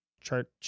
chart